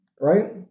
Right